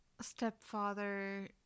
stepfather